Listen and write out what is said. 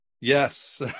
Yes